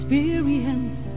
Experience